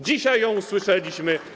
Dzisiaj ją usłyszeliśmy.